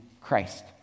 Christ